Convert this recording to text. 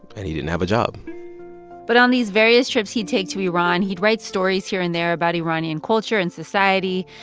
and he didn't have a job but on these various trips he'd take to iran, he'd write stories here and there about iranian culture and society.